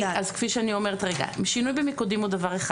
כפי שאני אומרת, שינוי במיקודים הוא דבר אחד.